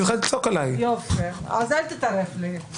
אז אל תתערב לי.